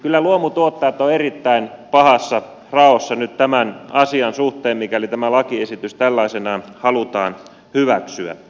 kyllä luomutuottajat ovat erittäin pahassa raossa nyt tämän asian suhteen mikäli tämä lakiesitys tällaisenaan halutaan hyväksyä